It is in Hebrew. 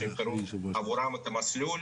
שיבחרו עבורם את המסלול.